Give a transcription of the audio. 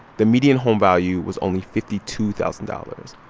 the median home value was only fifty two thousand dollars.